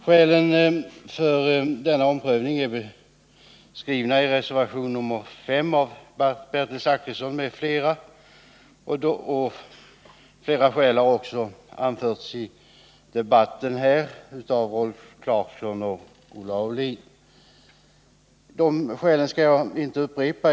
Skälen för denna omprövning är beskrivna i reservation 5 av Bertil Zachrisson m.fl., och ytterligare skäl har också anförts här i debatten av Rolf Clarkson och Olle Aulin. De skälen skall jag inte upprepa.